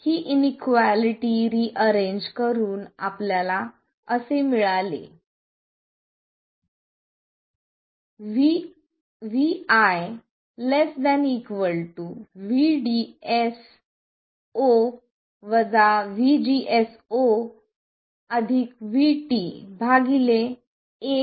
ही inequality rearrange करून आपल्याला मिळाले vi ≤ VDS0 VGS0 VT 1